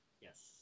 yes